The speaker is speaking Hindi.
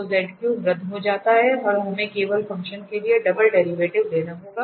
तो रद्द हो जाता है और हमें केवल फंक्शन के लिए डबल डेरिवेटिव लेना होगा